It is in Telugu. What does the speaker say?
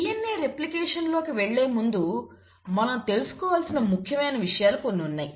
DNA రెప్లికేషన్ లోకి వెళ్లేముందు మనం తెలుసుకోవలసిన ముఖ్యమైన విషయాలు కొన్ని ఉన్నాయి